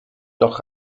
noch